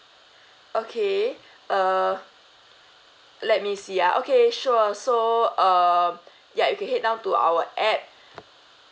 okay uh let me see ah okay sure so uh ya you can head down to our app